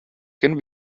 can